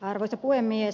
arvoisa puhemies